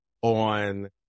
On